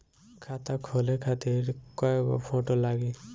खाता खोले खातिर कय गो फोटो लागी?